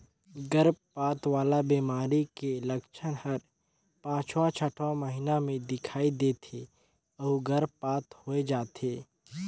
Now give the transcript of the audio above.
गरभपात वाला बेमारी के लक्छन हर पांचवां छठवां महीना में दिखई दे थे अउ गर्भपात होय जाथे